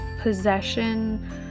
possession